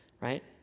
right